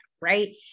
right